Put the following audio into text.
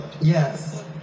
Yes